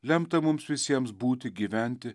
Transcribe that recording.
lemta mums visiems būti gyventi